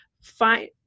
find